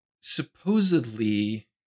Supposedly